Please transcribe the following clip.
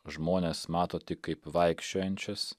žmones mato tik kaip vaikščiojančias